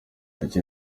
iki